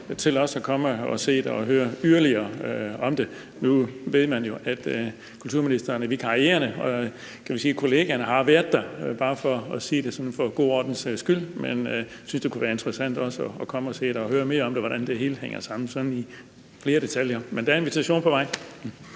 til også at komme og se det og høre yderligere om det. Nu ved jeg jo, at kulturministeren er vikarierende, og hendes kollega har været der, bare for at sige det for en god ordens skyld, hvis ministeren synes, det kunne være interessant at komme og se det og høre mere om, hvordan det hele hænger sammen sådan i flere detaljer. Der er en invitation på vej.